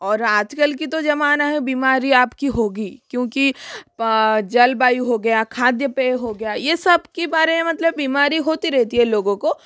और आज कल की तो जमाना है बीमारी आपकी होगी क्योंकि जल वायु हो गया खाद्य पेय हो गया ये सब की बारे में मतलब बीमारी होती रहती है लोगों को